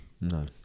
No